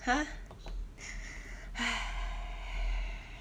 !huh! !hais!